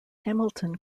hamilton